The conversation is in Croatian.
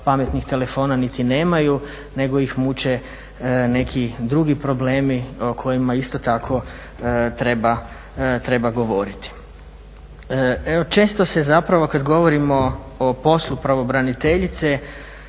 pametnih telefona niti nemaju, nego ih muče neki drugi problemi o kojima isto tako treba govoriti. Često se zapravo, kada govorimo o poslu pravobraniteljice